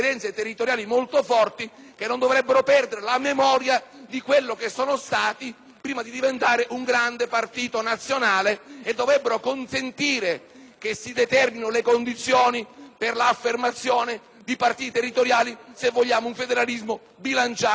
che non dovrebbero perdere la memoria di quello che sono stati prima di diventare un grande partito nazionale e dovrebbero consentire che si determinino le condizioni per l'affermazione di partiti territoriali, se vogliamo un federalismo bilanciato geograficamente.